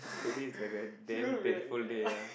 today is like a damn dreadful day ah